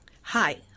Hi